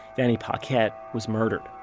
danny paquette was murdered